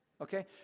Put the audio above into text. Okay